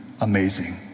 amazing